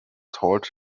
told